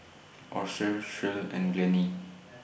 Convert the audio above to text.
Austin Shirl and Glennie